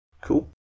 Cool